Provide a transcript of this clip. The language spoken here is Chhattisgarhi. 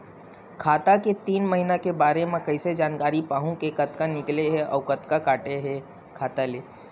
खाता के तीन महिना के बारे मा कइसे जानकारी पाहूं कि कतका निकले हे अउ कतका काटे हे खाता ले?